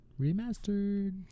Remastered